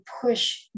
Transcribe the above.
push